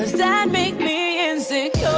that make me insecure,